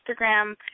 Instagram